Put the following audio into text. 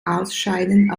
ausscheiden